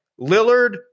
Lillard